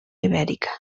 ibèrica